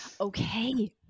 Okay